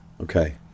Okay